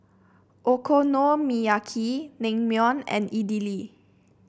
Okonomiyaki Naengmyeon and Idili